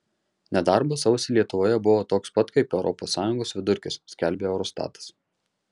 nedarbas sausį lietuvoje buvo toks pat kaip europos sąjungos vidurkis skelbia eurostatas